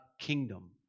kingdom